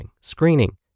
screening